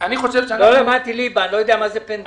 אני חושב שהדבר הנכון הוא